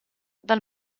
dal